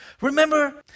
Remember